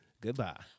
Goodbye